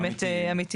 אלא נמלים באמת אמיתיים,